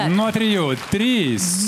nuo trijų trys